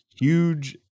huge